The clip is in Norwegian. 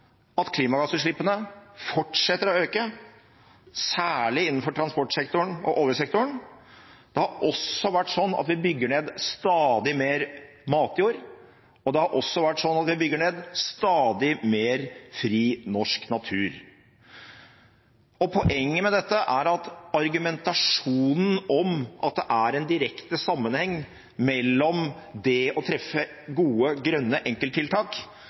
at vi bygger ned stadig mer matjord, og det har også vært sånn at vi bygger ned stadig mer fri norsk natur. Poenget med dette er å si at argumentasjonen om at det er en direkte sammenheng mellom det å treffe gode grønne enkelttiltak